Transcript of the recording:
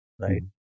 right